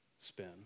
spin